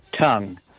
Tongue